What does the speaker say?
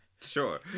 Sure